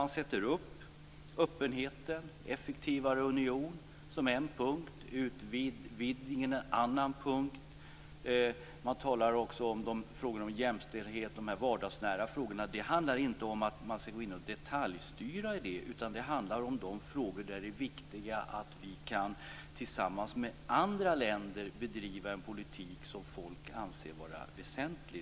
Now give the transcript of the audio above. Man sätter upp öppenheten, effektivare union som en punkt, utvidgningen som en annan punkt. Man talar också om jämställdhet och vardagsnära frågor. Det handlar inte om att man skall gå in och detaljstyra i det, utan det handlar om de frågor där det är viktigt att vi tillsammans med andra länder kan bedriva en politik som folk anser vara väsentlig.